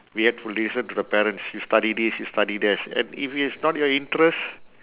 we had to listen to the parents you study this you study that and if it's not your interest